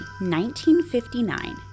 1959